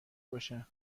باشن